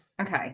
Okay